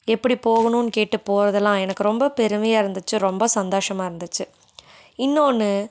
எப்படி போகணுன்னு கேட்டு போகிறதுலாம் எனக்கு ரொம்ப பெருமையாக இருந்துச்சு ரொம்ப சந்தோஷமாக இருந்துச்சு இன்னோன்னு